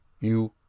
You